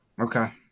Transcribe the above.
Okay